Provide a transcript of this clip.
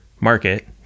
market